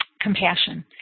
compassion